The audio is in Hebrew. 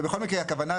שבכל מקרה שהכוונה,